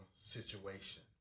situation